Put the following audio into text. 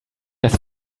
das